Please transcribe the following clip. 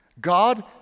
God